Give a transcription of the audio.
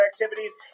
activities